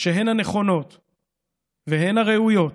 שהם הנכונים והם הראויים